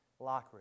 Lockridge